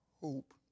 hope